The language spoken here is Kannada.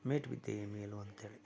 ಮೇಟಿ ವಿದ್ಯೆಯೇ ಮೇಲು ಅಂತೇಳಿ